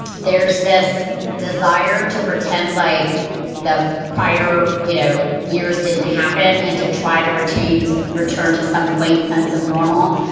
there's this desire to pretend like the prior, you know, years didn't happen and to try to retain to return to some quaint sense of normal.